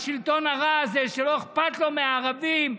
השלטון הרע הזה שלא אכפת לו מהערבים,